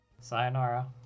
Sayonara